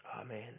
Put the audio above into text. Amen